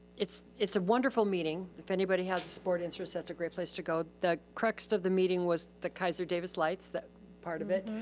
it's it's a wonderful meeting if anybody has a sport interest, that's a great place to go. the crux of the meeting was the kaiser davis lights, part of it.